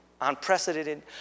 unprecedented